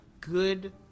good